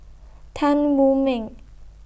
Tan Wu Meng